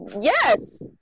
Yes